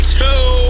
two